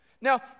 Now